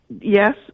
yes